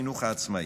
לחינוך העצמאי,